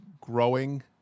growing